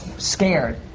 scared.